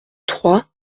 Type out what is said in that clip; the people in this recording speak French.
trois